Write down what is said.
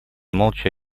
молча